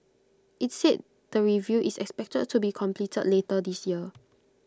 IT said the review is expected to be completed later this year